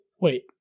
wait